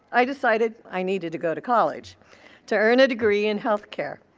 i decided i needed to go to college to earn a degree in healthcare.